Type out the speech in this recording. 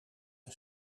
een